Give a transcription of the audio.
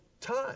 time